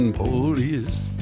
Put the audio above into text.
police